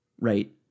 Right